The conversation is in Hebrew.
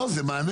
לא, זה מענה.